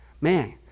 man